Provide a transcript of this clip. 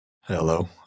hello